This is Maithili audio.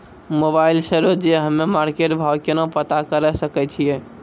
मोबाइल से रोजे हम्मे मार्केट भाव केना पता करे सकय छियै?